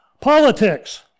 Politics